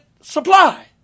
supply